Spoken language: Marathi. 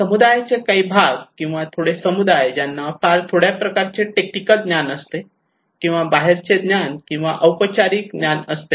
समुदायाचे काही भाग किंवा थोडे समुदाय ज्यांना फार थोड्या प्रकारचे टेक्निकल ज्ञान असते किंवा बाहेरचे ज्ञान किंवा औपचारिक ज्ञान असते